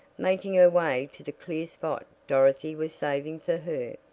making her way to the clear spot dorothy was saving for her.